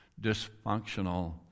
dysfunctional